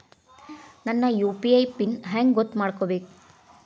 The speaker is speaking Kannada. ನನ್ನ ಯು.ಪಿ.ಐ ಪಿನ್ ಹೆಂಗ್ ಗೊತ್ತ ಮಾಡ್ಕೋಬೇಕು?